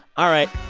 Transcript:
all right.